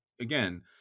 again